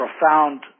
profound